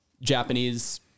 Japanese